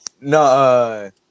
No